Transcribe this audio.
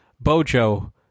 Bojo